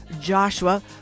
Joshua